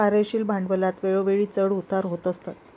कार्यशील भांडवलात वेळोवेळी चढ उतार होत असतात